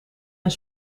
een